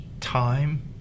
time